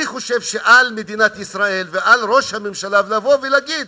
אני חושב שעל מדינת ישראל ועל ראש הממשלה לבוא ולהגיד: